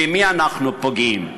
במי אנחנו פוגעים?